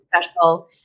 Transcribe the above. special